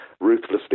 ruthlessly